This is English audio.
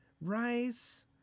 Rice